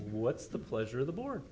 what's the pleasure of the board